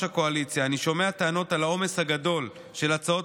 הקואליציה אני שומע טענות על העומס הגדול של הצעות